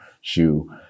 shoe